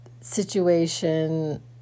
situation